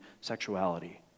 sexuality